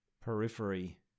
periphery